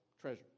treasure